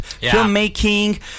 filmmaking